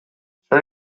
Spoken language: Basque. zer